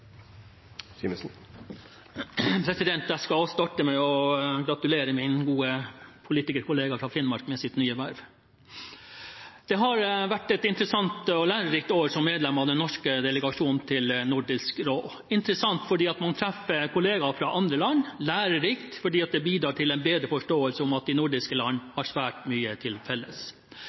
starte med å gratulere min gode politikerkollega fra Finnmark med hans nye verv. Det har vært et interessant og lærerikt år som medlem av den norske delegasjonen til Nordisk råd – interessant fordi man treffer kollegaer fra andre land, lærerikt fordi det bidrar til en bedre forståelse av at de nordiske landene har svært mye til felles.